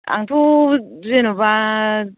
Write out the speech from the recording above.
आंथ' जेन'बा